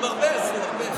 הרבה עשו, הרבה עשו.